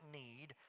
need